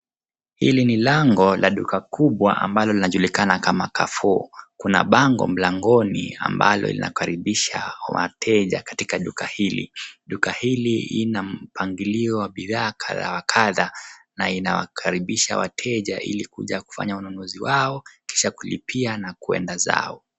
Hili ni lango la duka kubwa ambalo linajulikana kama Carrefour . Kuna bango mlangoni ambalo linakaribisha wateja kwa duka hili . Duka hili ina mpangilio wa bidhaa kadha wa kadha na inawakaribisha wateja ili kuja kufanya ununuzi wao kisha kulipia na kuenda zao.